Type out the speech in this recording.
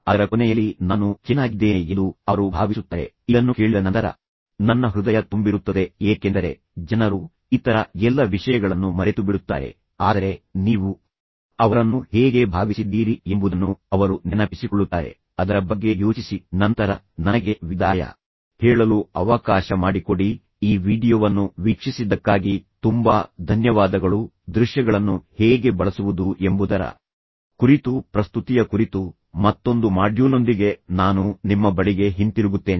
ಅದರ ಕೊನೆಯಲ್ಲಿ ನಾನು ಚೆನ್ನಾಗಿದ್ದೇನೆ ಎಂದು ಅವರು ಭಾವಿಸುತ್ತಾರೆ ಇದನ್ನು ಕೇಳಿದ ನಂತರ ನನ್ನ ಹೃದಯ ತುಂಬಿರುತ್ತದೆ ಏಕೆಂದರೆ ಜನರು ಇತರ ಎಲ್ಲ ವಿಷಯಗಳನ್ನು ಮರೆತುಬಿಡುತ್ತಾರೆ ಆದರೆ ನೀವು ಅವರನ್ನು ಹೇಗೆ ಭಾವಿಸಿದ್ದೀರಿ ಎಂಬುದನ್ನು ಅವರು ನೆನಪಿಸಿಕೊಳ್ಳುತ್ತಾರೆ ಅದರ ಬಗ್ಗೆ ಯೋಚಿಸಿ ನಂತರ ನನಗೆ ವಿದಾಯ ಹೇಳಲು ಅವಕಾಶ ಮಾಡಿಕೊಡಿ ಈ ವೀಡಿಯೊವನ್ನು ವೀಕ್ಷಿಸಿದ್ದಕ್ಕಾಗಿ ತುಂಬಾ ಧನ್ಯವಾದಗಳು ದೃಶ್ಯಗಳನ್ನು ಹೇಗೆ ಬಳಸುವುದು ಎಂಬುದರ ಕುರಿತು ಪ್ರಸ್ತುತಿಯ ಕುರಿತು ಮತ್ತೊಂದು ಮಾಡ್ಯೂಲ್ನೊಂದಿಗೆ ನಾನು ನಿಮ್ಮ ಬಳಿಗೆ ಹಿಂತಿರುಗುತ್ತೇನೆ